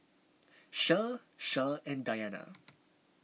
Shah Shah and Dayana